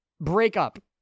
breakup